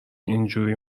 اینجوری